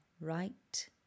right